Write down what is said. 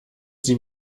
sie